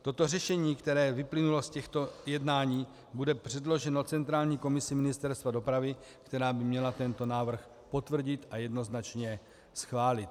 Toto řešení, které vyplynulo z těchto jednání, bude předloženo centrální komisi Ministerstva dopravy, která by měla tento návrh potvrdit a jednoznačně schválit.